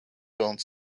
don’t